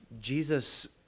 Jesus